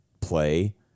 play